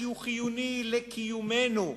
כי הוא חיוני לקיומנו,